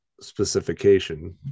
specification